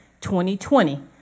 2020